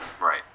Right